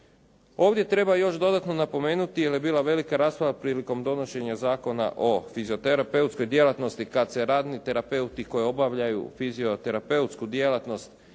Ovdje treba još dodatno napomenuti, jer je bila velika rasprava prilikom donošenja Zakona o fizioterapeutskoj djelatnosti kad se radni terapeuti koji obavljaju fizioterapeutsku djelatnost